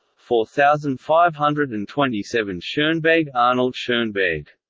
four thousand five hundred and twenty seven schoenberg and schoenberg